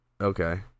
Okay